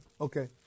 Okay